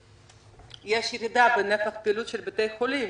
יש ירידה בנפח הפעילות של בתי החולים,